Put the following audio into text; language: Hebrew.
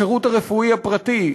השירות הרפואי הפרטי,